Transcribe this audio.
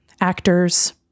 actors